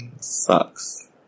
Sucks